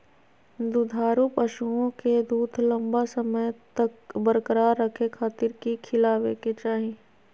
दुधारू पशुओं के दूध लंबा समय तक बरकरार रखे खातिर की खिलावे के चाही?